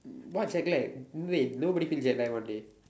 what jetlag dey nobody feel jetlag one dey